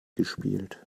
gespielt